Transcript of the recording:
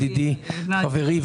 חברי,